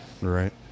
Right